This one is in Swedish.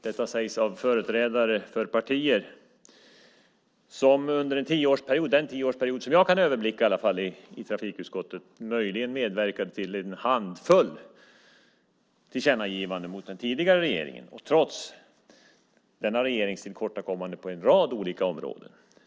Detta sägs av företrädare för partier som i alla fall under den tioårsperiod som jag kan överblicka i trafikutskottet möjligen medverkade till en handfull tillkännagivanden gentemot den tidigare regeringen, trots den regeringens tillkortakommanden på en rad olika områden.